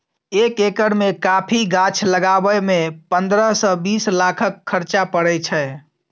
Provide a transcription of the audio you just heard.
एक एकर मे कॉफी गाछ लगाबय मे पंद्रह सँ बीस लाखक खरचा परय छै